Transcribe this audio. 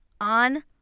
on